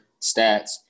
stats